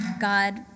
God